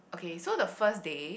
okay so the first day